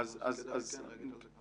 אז כדאי כן להגיד על זה כמה מילים.